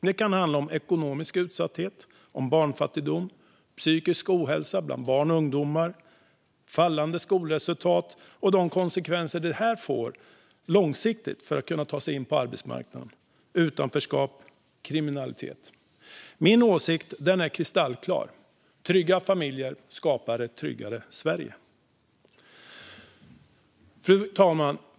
Det kan handla om ekonomisk utsatthet, barnfattigdom, psykisk ohälsa bland barn och ungdomar, fallande skolresultat och de konsekvenser det får långsiktigt för att kunna ta sig in på arbetsmarknaden, utanförskap och kriminalitet. Min åsikt är kristallklar. Trygga familjer skapar ett tryggare Sverige. Fru talman!